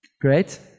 Great